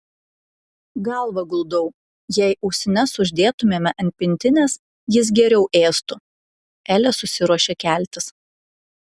galvą guldau jei ausines uždėtumėme ant pintinės jis geriau ėstų elė susiruošė keltis